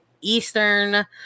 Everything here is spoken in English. Eastern